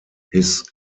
his